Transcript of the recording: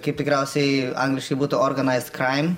kaip tikriausiai angliškai būtų organaisd kraim